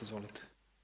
Izvolite.